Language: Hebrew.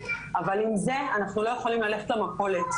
אבל עם זה אנחנו לא יכולות ללכת למכולת.